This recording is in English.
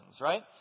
right